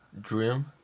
Dream